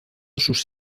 sus